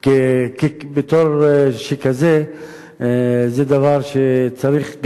בתור שכזה זה דבר שצריך,